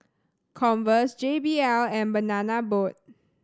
Converse J B L and Banana Boat